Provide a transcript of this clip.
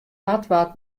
waard